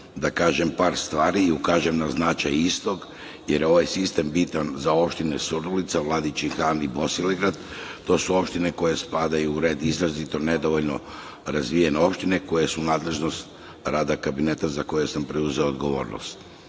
da kažem par stvari i ukažem na značaj istog, jer je ovaj sistem bitan za opštine Surdulica, Vladičin Han i Bosilegrad. To su opštine koje spadaju u red izrazito nedovoljno razvijenih opština, a koje su u nadležnosti rada Kabineta za koji sam preduzeo odgovornost.